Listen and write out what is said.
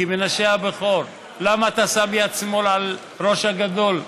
"כי מנשה הבכור" למה אתה שם יד שמאל על ראש הגדול?